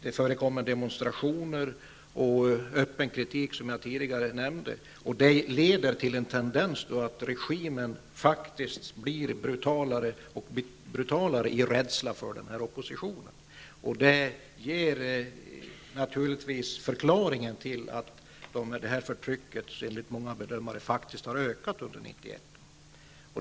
Det förekommer demonstrationer och öppen kritik, som jag tidigare nämnde. Det ger en tendens till att regimen blir brutalare och brutalare av rädsla för oppositionen. Det är naturligtvis förklaringen till att förtrycket, enligt många bedömare, har ökat under 1991.